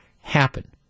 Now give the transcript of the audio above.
happen